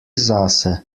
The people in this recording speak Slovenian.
zase